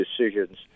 decisions